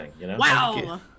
Wow